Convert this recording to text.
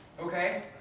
okay